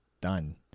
done